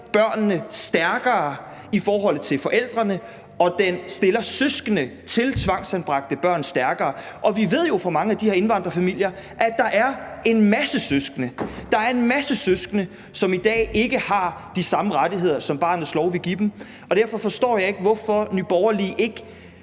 børnene stærkere i forholdet til forældrene, og at det stiller søskende til tvangsanbragte børn stærkere. Og vi ved jo fra mange af de her indvandrerfamilier, at der er en masse søskende, som i dag ikke har de samme rettigheder, som barnets lov vil give dem, og derfor forstår jeg ikke, hvorfor Nye Borgerlige ikke